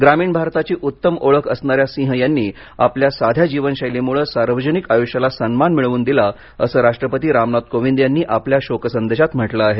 ग्रामीण भारताची उत्तम ओळख असणाऱ्या सिंह यांनी आपल्या साध्या जीवनशैलीमुळे सार्वजनिक आयुष्याला सन्मान मिळवून दिला असं राष्ट्रपती रामनाथ कोविंद यांनी आपल्या शोकसंदेशात म्हटलं आहे